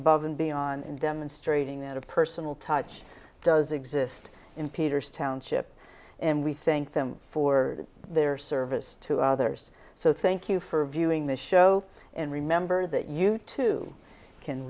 above and beyond demonstrating that a personal touch does exist in peter's township and we thank them for their service to others so thank you for viewing the show and remember that you too can